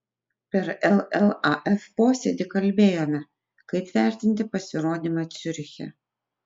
per llaf posėdį kalbėjome kaip vertinti pasirodymą ciuriche